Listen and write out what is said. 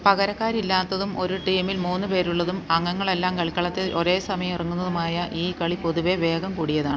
പകരക്കാരില്ലാത്തതും ഒരു ടീമില് മൂന്ന് പേരുള്ളതും അംഗങ്ങളെല്ലാം കളിക്കളത്തില് ഒരേസമയം ഇറങ്ങുന്നതുമായ ഈ കളി പൊതുവേ വേഗം കൂടിയതാണ്